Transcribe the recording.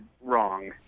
wrong